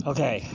Okay